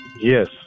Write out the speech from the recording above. yes